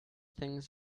things